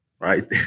right